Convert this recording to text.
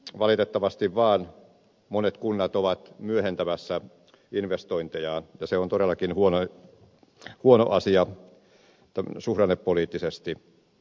valitettavasti vaan monet kunnat ovat myöhentämässä investointejaan ja se on todellakin huono asia suhdannepoliittisesti